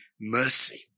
mercy